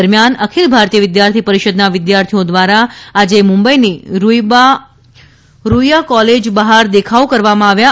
દરમિયાન અખિલ ભારતીય વિદ્યાર્થી પરિષદના વિદ્યાર્થીઓ દ્વારા આજે મુંબઇની રૂઇઆ કોલેજ બહાર દેખાવો કરવામાં આવ્યા હતા